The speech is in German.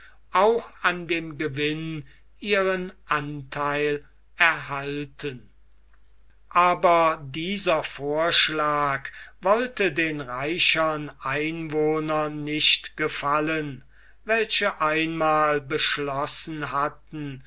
auch an dem gewinn ihren antheil erhalten aber dieser vorschlag wollte den reichern einwohnern nicht gefallen welche einmal beschlossen hatten